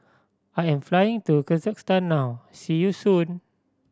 I am flying to Kyrgyzstan now see you soon